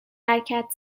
حرکت